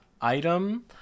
item